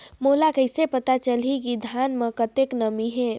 मोला कइसे पता चलही की धान मे कतका नमी हे?